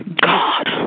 God